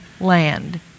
land